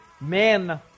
men